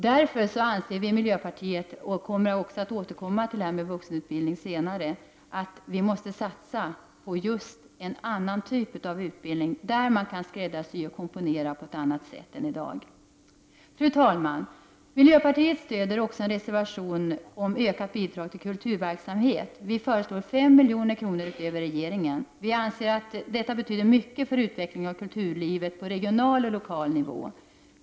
Därför anser vi i miljöpartiet — och avser även att återkomma till detta med vuxenutbildning — att vi måste satsa på just en annan typ av utbildning, där man kan skräddarsy och komponera på ett annat sätt än i dag. Fru talman! Miljöpartiet stödjer också en reservation om ökat bidrag till kulturverksamhet. Vi föreslår 5 milj.kr. utöver regeringens förslag. Vi anser att detta betyder mycket för utvecklingen av kulturlivet på regional och lokal nivå.